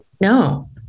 No